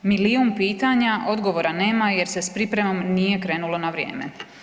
Milijun pitanja, odgovora nema jer se s pripremom nije krenulo na vrijeme.